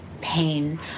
pain